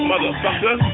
Motherfucker